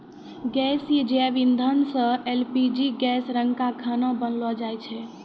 गैसीय जैव इंधन सँ एल.पी.जी गैस रंका खाना बनैलो जाय छै?